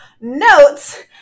notes